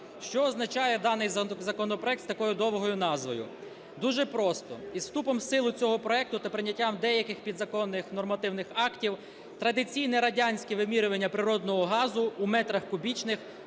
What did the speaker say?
Що означає даний законопроект з такою довгою назвою? Дуже просто, із вступом в силу цього проекту та прийняттям деяких підзаконних нормативних актів традиційне радянське вимірювання природного газу у метрах кубічних